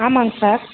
ஆமாங்க சார்